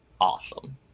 awesome